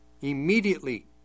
Immediately